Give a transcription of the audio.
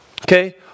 Okay